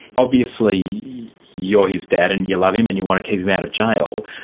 obviously you're his dad and you love him and you want to keep him out of jail.